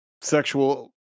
sexual